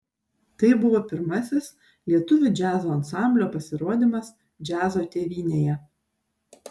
tai buvo pirmasis lietuvių džiazo ansamblio pasirodymas džiazo tėvynėje